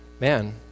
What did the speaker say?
man